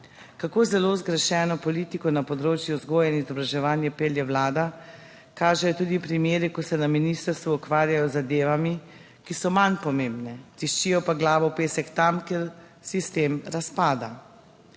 Kako zelo zgrešeno politiko na področju vzgoje in izobraževanja pelje vlada, kažejo tudi primeri, ko se na ministrstvu ukvarjajo z zadevami, ki so manj pomembne, tiščijo pa glavo v pesek tam, kjer sistem razpada.